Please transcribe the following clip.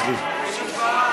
לשלישית, לשלישית.